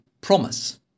promise